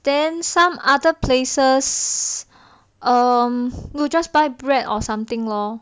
then some other places um you just buy bread or something lor